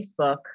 Facebook